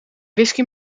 whisky